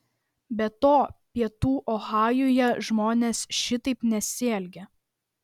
be to pietų ohajuje žmonės šitaip nesielgia